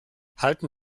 halten